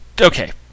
Okay